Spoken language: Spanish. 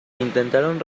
intentaron